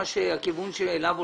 עם הכיוון אליו הולכים?